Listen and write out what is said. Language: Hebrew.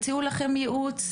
הציעו לכם ייעוץ?